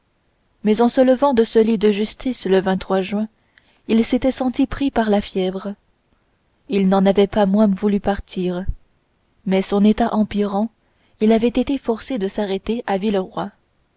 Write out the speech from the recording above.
mais en se levant de ce lit de justice le juin il s'était senti pris par la fièvre il n'en avait pas moins voulu partir mais son état empirant il avait été forcé de s'arrêter à